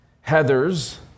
Heather's